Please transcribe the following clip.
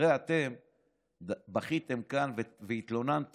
הרי אתם בכיתם כאן והתלוננתם,